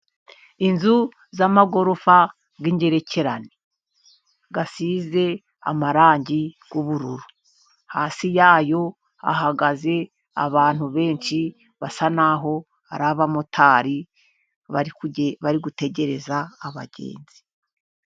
Inzu z'amagorofa y'ingerekerane asize amarangi y'ubururu. Hasi yayo hahagaze abantu benshi basa naho ari abamotari bari gutegereza abagenzi.